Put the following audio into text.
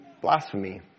blasphemy